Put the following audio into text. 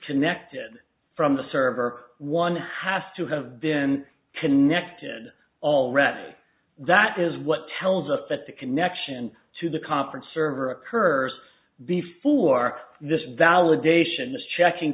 connected from the server one has to have been connected already and that is what tells us that the connection to the conference server occurs before this validation is checking